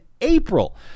April